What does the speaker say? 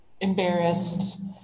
embarrassed